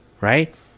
right